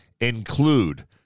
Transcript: include